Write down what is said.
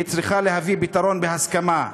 היא צריכה להביא פתרון בהסכמה.